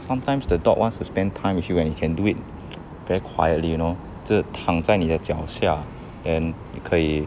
sometimes the dog wants to spend time with you and you can do it very quietly you know 就是躺在你的脚下 then 妳可以